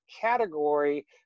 category